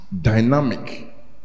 dynamic